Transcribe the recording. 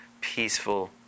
peaceful